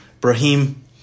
Brahim